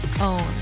own